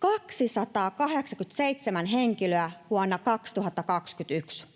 287 henkilöä vuonna 2021,